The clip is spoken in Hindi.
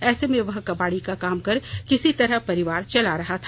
ऐसे में वह कबाड़ी का काम कर किसी तरह परिवार चला रहा था